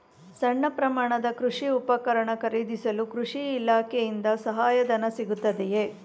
ಸಣ್ಣ ಪ್ರಮಾಣದ ಕೃಷಿ ಉಪಕರಣ ಖರೀದಿಸಲು ಕೃಷಿ ಇಲಾಖೆಯಿಂದ ಸಹಾಯಧನ ಸಿಗುತ್ತದೆಯೇ?